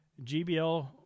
GBL